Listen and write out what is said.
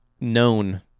known